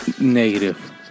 negative